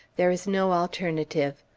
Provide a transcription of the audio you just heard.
there is no alternative.